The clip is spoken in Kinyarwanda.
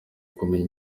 kumenya